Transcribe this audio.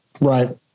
Right